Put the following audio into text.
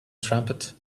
trumpet